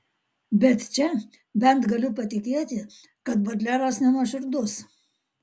bet čia bent galiu patikėti kad bodleras nenuoširdus